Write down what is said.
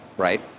Right